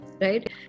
Right